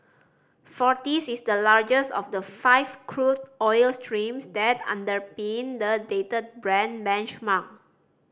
Forties is the largest of the five crude oil streams that underpin the dated Brent benchmark